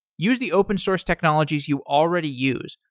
use the open source technologies you already use,